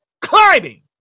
climbing